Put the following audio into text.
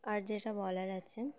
আর যেটা বলার আছে